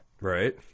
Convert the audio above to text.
Right